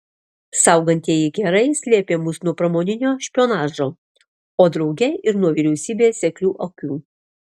saugantieji kerai slėpė mus nuo pramoninio špionažo o drauge ir nuo vyriausybės seklių akių